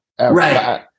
Right